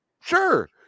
Sure